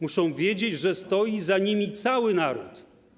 Muszą wiedzieć, że stoi za nimi cały naród.